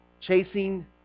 Chasing